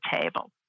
table